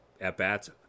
at-bats